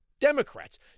Democrats